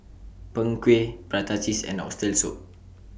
Png Kueh Prata Cheese and Oxtail Soup